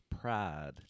pride